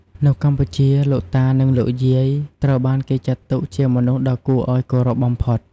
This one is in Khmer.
នៅកម្ពុជា លោកតា និងលោកយាយ ត្រូវបានគេចាត់ទុកជាមនុស្សដ៏គួរឱ្យគោរពបំផុត។